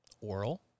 oral